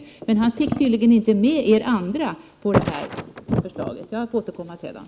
Bengt Westerberg fick tydligen inte med er andra på sin ändrade uppfattning.